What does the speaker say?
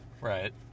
Right